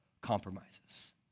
compromises